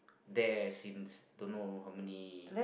there since don't know how many